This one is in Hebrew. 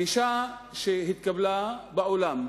הגישה שהתקבלה בעולם,